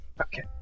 okay